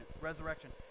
Resurrection